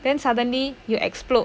then suddenly you explode